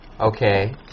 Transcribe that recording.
okay